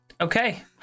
Okay